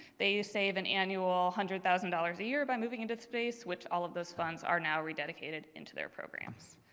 there you save an annual one hundred thousand dollars a year by moving into the space which all of those funds are now rededicated into their programs.